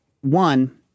One